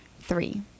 three